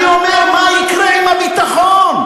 אני אומר: מה יקרה עם הביטחון?